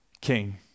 king